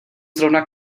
zrovna